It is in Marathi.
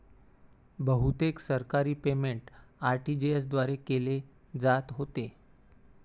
बहुतेक सरकारी पेमेंट आर.टी.जी.एस द्वारे केले जात होते